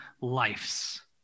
lives